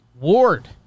Ward